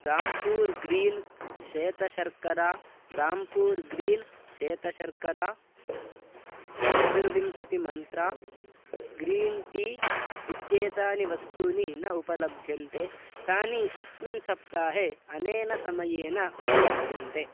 Dhampur green श्वेतशर्करा Dhampur green श्वेतशर्करा चतुर्विंशतिमन्त्रा ग्रीन् टी इत्येतानि वस्तूनि न उपलभ्यन्ते तानि अस्मिन् सप्ताहे अनेन समयेन उपलभ्यन्ते